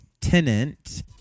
tenant